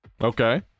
Okay